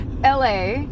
la